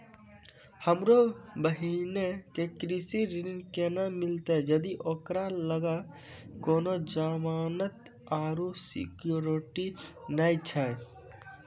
हमरो बहिनो के कृषि ऋण केना मिलतै जदि ओकरा लगां कोनो जमानत आरु सिक्योरिटी नै छै?